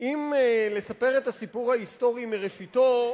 אם לספר את הסיפור ההיסטורי מראשיתו,